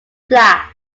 black